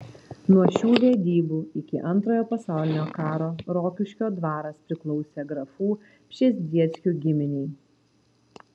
nuo šių vedybų iki antrojo pasaulinio karo rokiškio dvaras priklausė grafų pšezdzieckių giminei